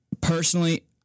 personally